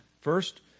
First